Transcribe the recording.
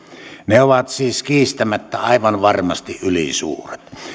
ne ovat siis kiistämättä aivan varmasti ylisuuret